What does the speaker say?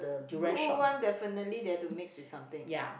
good one definitely they have to mix with something